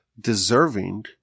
deserving